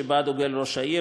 שבה דוגל ראש העיר,